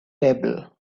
table